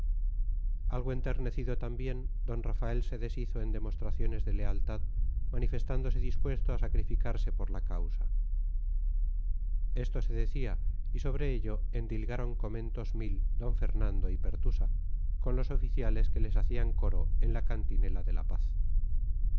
algo enternecido también d rafael se deshizo en demostraciones de lealtad manifestándose dispuesto a sacrificarse por la causa esto se decía y sobre ello endilgaron comentos mil d fernando y pertusa con los oficiales que les hacían coro en la cantinela de la paz